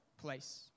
place